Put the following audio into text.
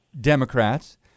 Democrats